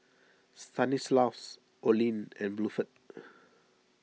Stanislaus Olene and Bluford